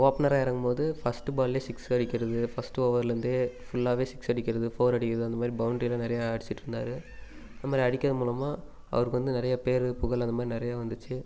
ஓப்பனராக இறங்கும்போது ஃபர்ஸ்ட்டு பால்லே சிக்ஸ் அடிக்கிறது ஃபர்ஸ்ட் ஓவர்லர்ந்தே ஃபுல்லாகவே சிக்ஸ் அடிக்கிறது ஃபோர் அடிக்கிறது அந்த மாதிரி பவுண்ட்ரி எல்லாம் நிறையா அடிச்சிவிட்டு இருந்தார் இது மாதிரி அடிக்கிறது மூலமாக அவருக்கு வந்து நிறையா பெயரு புகழ் அதை மாதிரி நிறையா வந்துச்சு